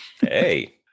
Hey